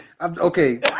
Okay